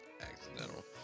Accidental